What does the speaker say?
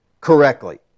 correctly